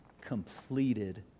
completed